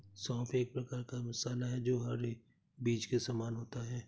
सौंफ एक प्रकार का मसाला है जो हरे बीज के समान होता है